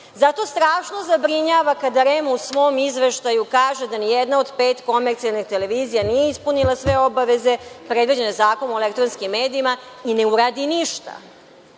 Zato strašno zabrinjava kada REM u svom izveštaju kaže da ni jedna do pet komercijalnih televizija nije ispunila svoje obaveze predviđene Zakonom o elektronskim medijima i ne uradi ništa.